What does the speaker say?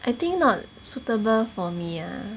I think not suitable for me ah